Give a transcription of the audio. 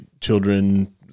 children